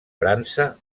frança